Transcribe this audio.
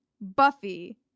Buffy